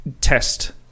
test